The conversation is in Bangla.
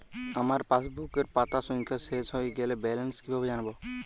আমার পাসবুকের পাতা সংখ্যা শেষ হয়ে গেলে ব্যালেন্স কীভাবে জানব?